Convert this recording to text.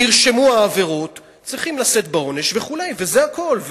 נרשמו העבירות, צריכים לשאת בעונש וכו', וזה הכול.